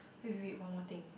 wait wait wait one more thing